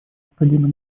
господина